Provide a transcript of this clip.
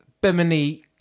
Bimini